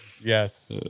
Yes